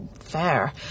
Fair